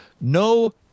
no